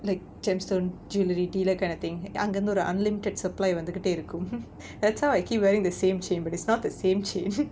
like gemstones jewellery dealer kind of thing அங்கயிருந்து ஒரு:angayirunthu oru unlimited supply வந்துகிட்டே இருக்கும்:vanthukittae irukkum that's how I keep wearing the same chain but it's not the same chain